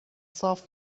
صاف